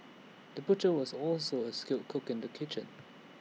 the butcher was also A skilled cook in the kitchen